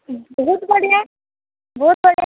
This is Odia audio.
ବହୁତ ବଢ଼ିଆ ବହୁତ ବଢ଼ିଆ